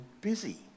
busy